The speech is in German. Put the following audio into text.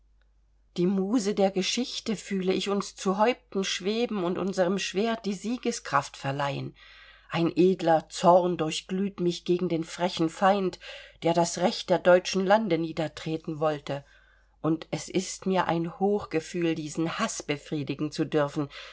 die muse der geschichte fühle ich uns zu häupten schweben und unserem schwert die siegeskraft verleihen ein edler zorn durchglüht mich gegen den frechen feind der das recht der deutschen lande niedertreten wollte und es ist mir ein hochgefühl diesen haß befriedigen zu dürfen